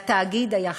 לתאגיד היה חזון,